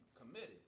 committed